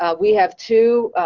ah we have two